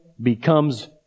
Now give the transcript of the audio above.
becomes